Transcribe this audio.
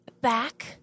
back